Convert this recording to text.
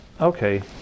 Okay